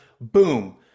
Boom